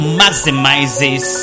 maximizes